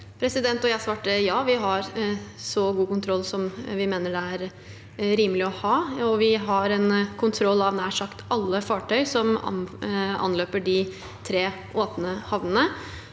Jeg svarte at vi har så god kontroll som vi mener det er rimelig å ha, og vi har kontroll av nær sagt alle fartøy som anløper de tre åpne havnene.